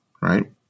right